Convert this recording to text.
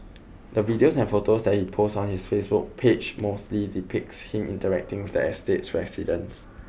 the videos and photos that he posts on his Facebook page mostly depicts him interacting with the estate's residents